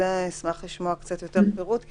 אני אשמח לשמוע קצת יותר פירוט על זה,